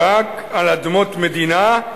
רק על אדמות מדינה,